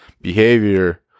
behavior